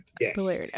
yes